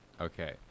Okay